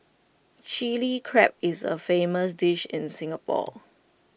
Chilli Crab is A famous dish in Singapore